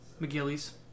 McGillie's